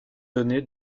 donné